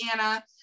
Anna